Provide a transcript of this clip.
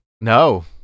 No